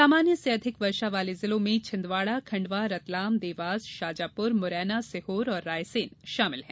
सामान्य से अधिक वर्षा वाले जिलों में छिदवाडा खंडवा रतलाम देवास शाजापुर मुरैना सीहोर और रायसेन शामिल है